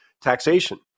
taxation